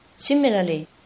Similarly